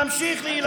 נמשיך להילחם.